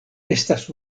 estas